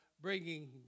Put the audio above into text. bringing